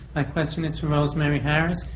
my question is for rosemary harris.